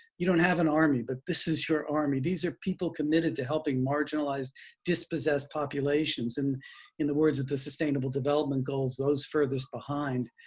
you don't have an army, but this is your army. these are people committed to helping marginalized dispossessed populations, and in the words of sustainable development goals, those furthest behind.